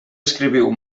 escriviu